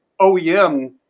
OEM